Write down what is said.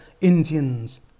Indians